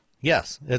Yes